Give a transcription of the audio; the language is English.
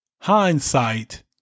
hindsight